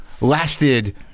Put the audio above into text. lasted